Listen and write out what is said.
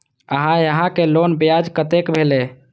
Sir यहां के loan ब्याज कतेक भेलेय?